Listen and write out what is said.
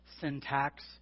syntax